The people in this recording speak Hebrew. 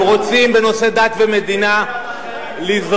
הם רוצים בנושא דת ומדינה לזרוע,